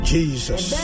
Jesus